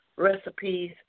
Recipes